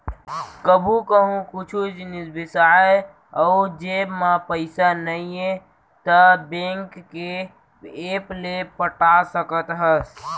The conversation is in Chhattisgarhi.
कभू कहूँ कुछु जिनिस बिसाए अउ जेब म पइसा नइये त बेंक के ऐप ले पटा सकत हस